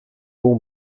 bon